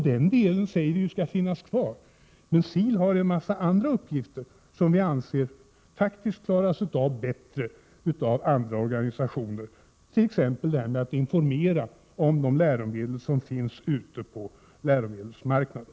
Den delen av verksamheten skall finnas kvar. SIL har en hel del andra uppgifter, som faktiskt skulle hanteras bättre av andra organisationer, t.ex. att informera om de läromedel som finns ute på läromedelsmarknaden.